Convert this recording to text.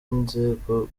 inzego